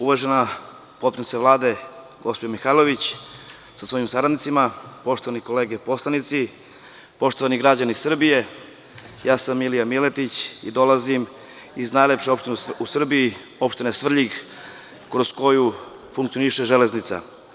Uvažena potpredsednice Vlade gospođo Mihajlović sa svojim saradnicima, poštovane kolege, građani Srbije, ja sam Milija Miletić i dolazim iz najlepše opštine u Srbiji, opštine Svrljig, kroz koju funkcioniše železnica.